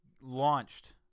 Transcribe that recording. launched